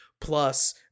plus